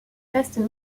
restent